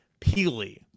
Peely